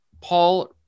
Paul